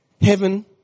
Heaven